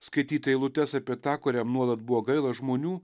skaityti eilutes apie tą kuriam nuolat buvo gaila žmonių